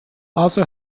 also